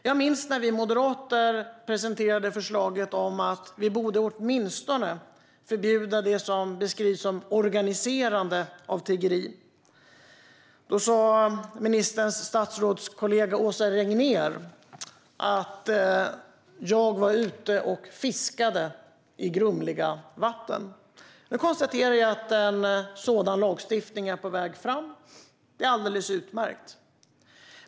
Jag minns när vi moderater presenterade förslaget att vi åtminstone borde förbjuda det som beskrivs som organiserande av tiggeri. Då sa ministerns statsrådskollega Åsa Regnér att jag var ute och fiskade i grumliga vatten. Nu konstaterar jag att en sådan lagstiftning är på väg fram. Det är alldeles utmärkt.